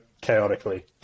chaotically